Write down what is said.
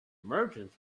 merchants